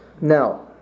now